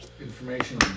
information